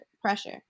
pressure